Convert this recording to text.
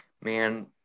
Man